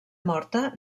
morta